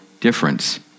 difference